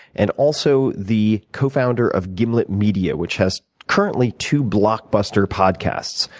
and also the cofounder of gimlet media, which has currently two blockbuster podcasts,